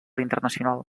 internacional